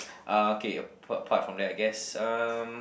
uh okay a~ apart from that I guess um